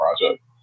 project